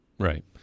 Right